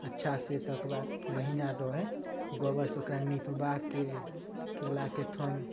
अच्छा से तकरबाद बहिन आरो है गोबर से ओकरा नीपबाके केला के थन